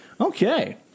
Okay